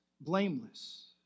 blameless